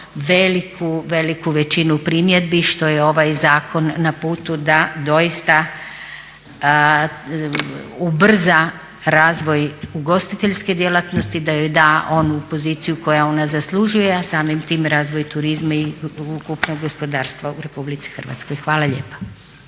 veliku većinu primjedbi, što je ovaj zakon na putu da doista ubrza razvoj ugostiteljske djelatnosti, da joj da onu poziciju koju ona zaslužuje, a samim tim razvoj turizma i ukupno gospodarstva u Republici Hrvatskoj. Hvala lijepa.